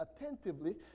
attentively